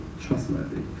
trustworthy